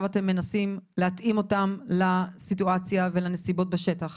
אתם מנסים להתאים אותם לסיטואציה ולנסיבות בשטח.